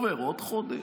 עובר עוד חודש,